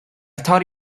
thought